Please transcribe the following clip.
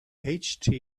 html